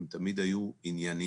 הם תמיד היו ענייניים,